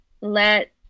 let